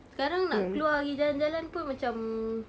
sekarang nak keluar pergi jalan jalan pun macam